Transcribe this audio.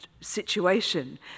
situation